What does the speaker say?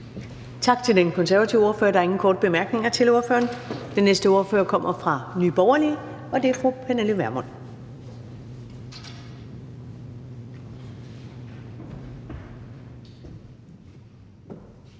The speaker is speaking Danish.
Tak til den konservative ordfører. Der er ingen korte bemærkninger til ordføreren. Den næste ordfører kommer fra Nye Borgerlige, og det er fru Pernille Vermund.